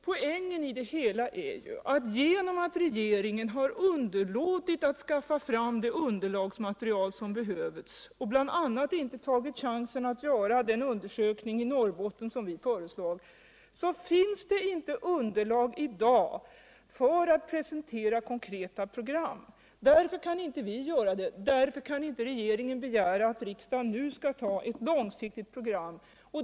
Poängen i det hela är ju att genom att regeringen har underlåtit att skaffa fram det underlagsmaterial som behövs och bl.a. inte tagit chansen att göra den undersökning i Norrbotten som vi föreslår. så finns det inte underlag i dag för att presentera konkreta program. Därför kan vi inte göra det. Därför kan regeringen heller inte begära att riksdagen nu skall ta ett långsiktigt program.